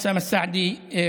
חבר הכנסת אוסאמה סעדי ואני,